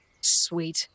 Sweet